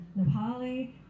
Nepali